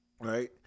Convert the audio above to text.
Right